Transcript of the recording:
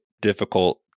difficult